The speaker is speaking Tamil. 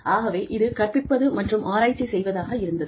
ஆகவே இது கற்பிப்பது மற்றும் ஆராய்ச்சி செய்வதாக இருந்தது